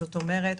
זאת אומרת,